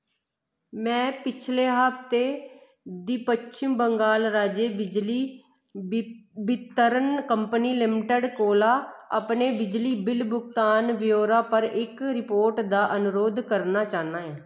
मैं पिछले हफ्ते दी पच्छम बंगाल राज्य बिजली वितरण कंपनी लिमिटड कोला अपने बिजली बिल भुगतान ब्यौरे पर इक रिपोर्ट दा अनुरोध करना चाह्न्ना ऐं